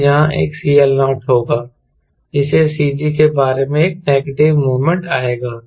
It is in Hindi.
तो यहाँ एक CL0 होगा जिससे CG के बारे में एक नेगेटिव मोमेंट आएगा